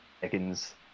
seconds